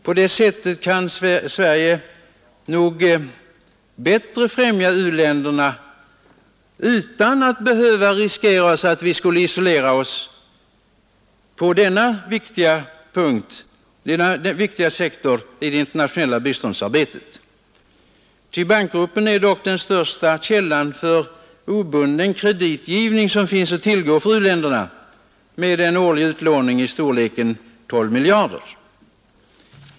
På det sättet kan Sverige säkert bättre främja u-ländernas intressen utan att behöva riskera att isolera sig på denna viktiga sektor i det internationella biståndsarbetet. Världsbanksgruppen är dock den största källan för obunden kreditgivning som finns att tillgå för u-länderna med en årlig utlåning av storleken 12 miljarder kronor.